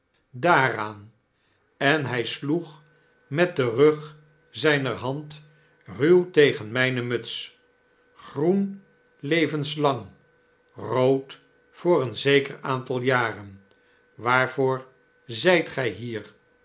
daaraan en hjj sloeg met den rug zjjner hand ruw tegen mijne muts groen levenslang hood voor een zeker aantal jaren waarvoor zjt gjj hier